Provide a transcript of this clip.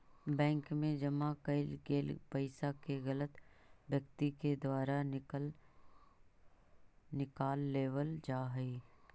bank मैं जमा कैल गेल पइसा के गलत व्यक्ति के द्वारा निकाल लेवल जा हइ